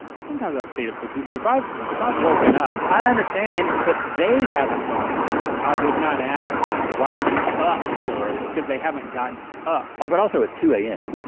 sometimes i've stayed up till two but if i've if i've woken up, i understand but they haven't gone to sleep. i would not ask them why are you up so early? because they haven't gotten up? but also it's two am,